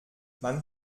man